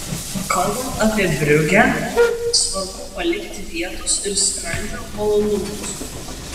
kalbant apie briugę svarbu palikti vietos ir skrandžio malonumams